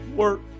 work